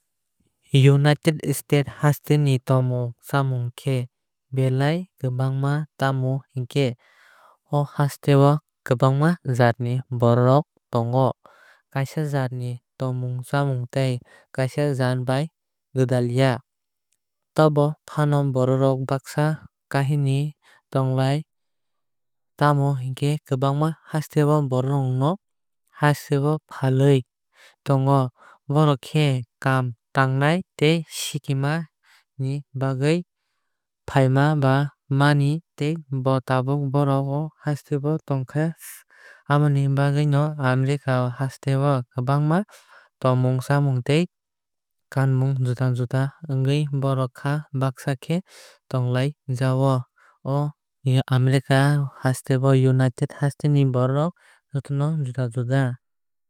United States haste ni tomung chamung khe belai kwbangma tamo hinkhe o haste o kwbangma jaat ni borok tongo. Kaisa jaat ni tomung chamung tai kaisa jat bai gwdalya tobo fano borok baksa kwthaalai tonglai. Tamo hinkhe kwbangma haste o borok rok o haste o faui tongo. Borok khe kaam tangnani tei sikima ni bagwui faibai mani tei tabuk bohrok o haste o tongkha. Amoni bagwui no America haste no kwbangma tongmung chamung tei kanmung juda juda ongwui borok kha bagsa khe tonglai jao. O America haste o united haste ni borok rok jotono juda juda.